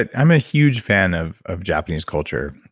ah i'm a huge fan of of japanese culture.